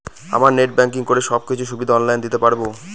আমি net banking করে সব কিছু সুবিধা অন লাইন দিতে পারবো?